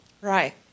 Right